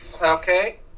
Okay